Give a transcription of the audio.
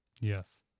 Yes